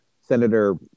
senator